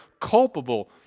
culpable